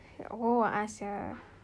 oh a'ah sia